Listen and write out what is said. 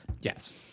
Yes